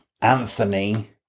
Anthony